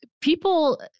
people